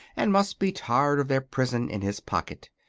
and must be tired of their prison in his pocket.